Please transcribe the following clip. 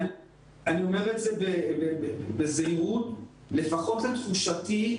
אני אומר את זה בזהירות: לפחות לתחושתי,